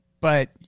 but-